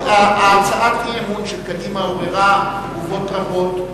הצעת האי-אמון של קדימה עוררה תגובות רבות,